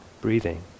breathing